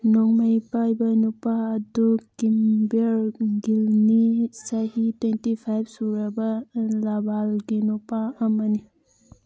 ꯅꯣꯡꯃꯩ ꯄꯥꯏꯕ ꯅꯨꯄꯥ ꯑꯗꯨ ꯀꯤꯝꯕꯔ ꯒꯤꯜꯅꯤ ꯆꯍꯤ ꯇ꯭ꯋꯦꯟꯇꯤ ꯐꯥꯏꯚ ꯁꯨꯔꯕ ꯏꯟꯂꯕꯥꯜꯒꯤ ꯅꯨꯄꯥ ꯑꯃꯅꯤ